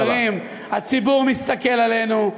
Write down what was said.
חברים, הציבור מסתכל עלינו.